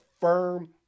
firm